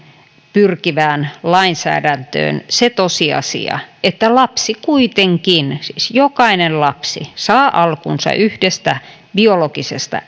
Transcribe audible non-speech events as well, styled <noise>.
pyrkivään lainsäädäntöön se tosiasia että lapsi kuitenkin siis jokainen lapsi saa alkunsa yhdestä biologisesta <unintelligible>